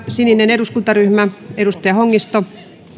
sininen eduskuntaryhmä edustaja hongisto